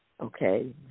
okay